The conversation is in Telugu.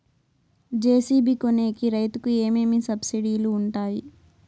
జె.సి.బి కొనేకి రైతుకు ఏమేమి సబ్సిడి లు వుంటాయి?